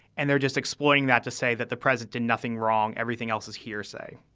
and they're just exploiting that to say that the president did nothing wrong. everything else is hearsay